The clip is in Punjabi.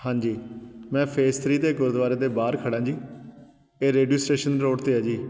ਹਾਂਜੀ ਮੈਂ ਫੇਸ ਥਰੀ ਦੇ ਗੁਰਦੁਆਰੇ ਦੇ ਬਾਹਰ ਖੜ੍ਹਾ ਜੀ ਇਹ ਰੇਡੀਓ ਸਟੇਸ਼ਨ ਰੋਡ 'ਤੇ ਹੈ ਜੀ